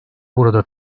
burada